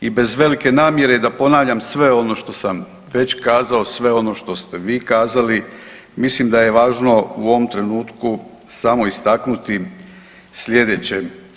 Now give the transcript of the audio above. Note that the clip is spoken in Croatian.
I bez velike namjere da ponavljam sve ono što sam već kazao, sve ono što ste vi kazali mislim da je važno u ovom trenutku samo istaknuti sljedeće.